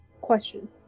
Question